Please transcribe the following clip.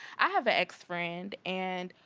i have a ex-friend and,